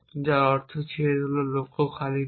যার অর্থ ছেদ ছিল লক্ষ্য খালি নয়